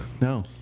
No